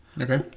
okay